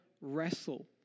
wrestle